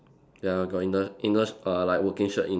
ya got inner inner uh like working shirt inner